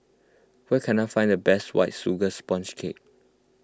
where can I find the best White Sugar Sponge Cake